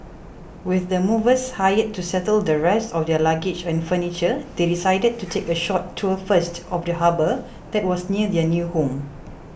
with the movers hired to settle the rest of their luggage and furniture they decided to take a short tour first of the harbour that was near their new home